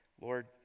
Lord